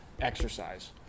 exercise